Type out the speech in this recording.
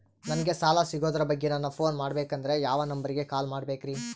ನಂಗೆ ಸಾಲ ಸಿಗೋದರ ಬಗ್ಗೆ ನನ್ನ ಪೋನ್ ಮಾಡಬೇಕಂದರೆ ಯಾವ ನಂಬರಿಗೆ ಕಾಲ್ ಮಾಡಬೇಕ್ರಿ?